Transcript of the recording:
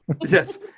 Yes